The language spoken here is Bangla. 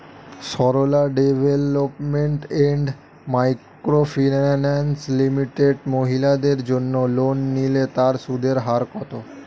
Sarala development and micro finance limited মহিলাদের জন্য লোন নিলে তার সুদের হার কত?